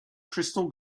crystal